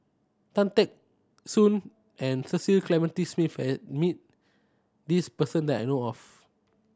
Tan Teck Soon and Cecil Clementi Smith has met this person that I know of